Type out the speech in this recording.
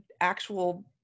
actual